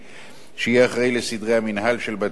שיהיה אחראי לסדרי המינהל של בתי-הדין הללו.